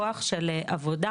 כוח של עבודה,